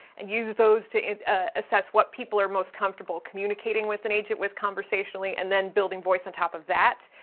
and use those to ah assess what people are most comfortable communicating with an agent with conversationally, and then building voice on top of that,